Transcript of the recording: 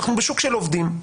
אנחנו בשוק של עובדים,